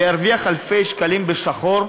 וירוויח אלפי שקלים בשחור,